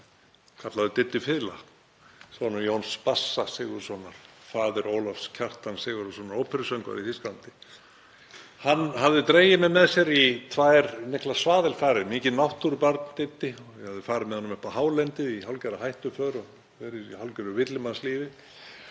kallaður Diddi fiðla, sonur Jóns bassa Sigurðssonar, faðir Ólafs Kjartans Sigurðarsonar, óperusöngvara í Þýskalandi. Hann hafði dregið mig með sér í tvær miklar svaðilfarir. Mikið náttúrubarn, Diddi. Ég hafði farið með honum upp á hálendið í hálfgerðra hættuför og verið í hálfgerðu villimannslífi.